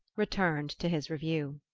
returned to his review.